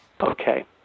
Okay